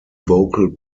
vocal